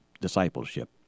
Discipleship